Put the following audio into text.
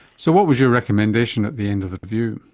so what was your recommendation at the end of the review?